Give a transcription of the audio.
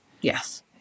Yes